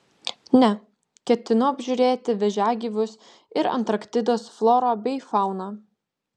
ne ketinu apžiūrėti vėžiagyvius ir antarktidos florą bei fauną